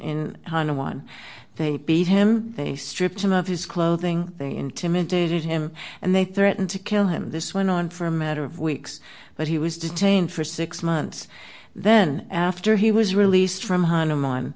in one they beat him they stripped him of his clothing they intimidated him and they threatened to kill him this went on for a matter of weeks but he was detained for six months then after he was released from ha